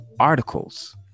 articles